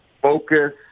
focus